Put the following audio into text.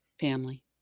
family